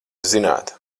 zināt